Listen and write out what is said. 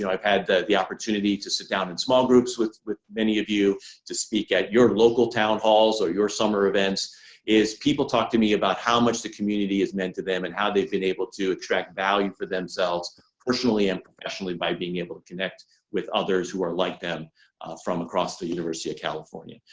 i've had the the opportunity to sit down in small groups with with many of you to speak at your local town halls or your summer events is people talk to me about how much the community has meant to them and how they've been able to attract value for themselves personally and professionally by being able to connect with others who are like them from across the university of california.